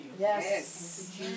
Yes